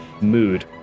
mood